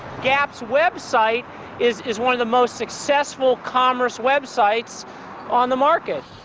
gap's website is is one of the most successful commerce websites on the market.